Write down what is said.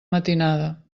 matinada